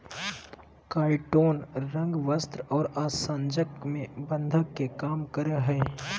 काइटोनस रंग, वस्त्र और आसंजक में बंधक के काम करय हइ